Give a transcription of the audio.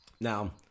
Now